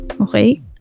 okay